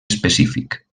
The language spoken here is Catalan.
específic